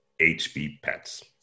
HBPets